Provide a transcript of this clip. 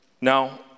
Now